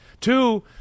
Two